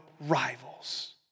rivals